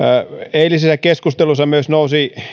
eilisessä keskustelussa nousi